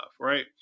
right